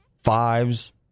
fives